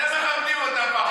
אתם מכבדים אותה פחות.